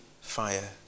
fire